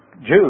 Jews